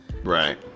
Right